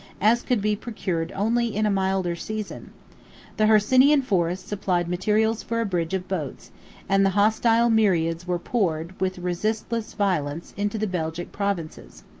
as could be procured only in a milder season the hercynian forest supplied materials for a bridge of boats and the hostile myriads were poured, with resistless violence, into the belgic provinces.